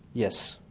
yes.